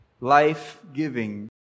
life-giving